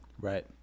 Right